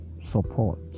support